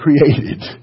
created